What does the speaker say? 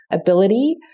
ability